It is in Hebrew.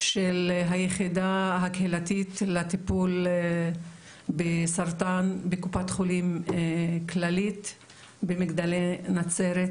של היחידה הקהילתית לטיפול בסרטן בקופת חולים כללית במגדלי נצרת,